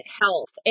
health